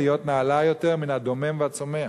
להיות נעלה יותר מן הדומם והצומח,